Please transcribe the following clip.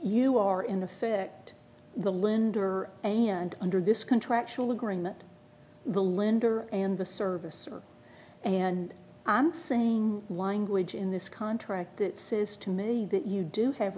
you are in effect the lender and under this contractual agreement the lender and the service are and i'm singing language in this contract that says to me that you do have